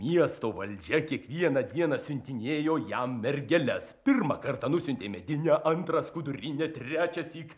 miesto valdžia kiekvieną dieną siuntinėjo jam mergeles pirmą kartą nusiuntė medinę antrą skudurinę trečiąsyk